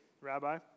Rabbi